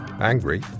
angry